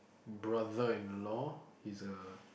brother in law he's a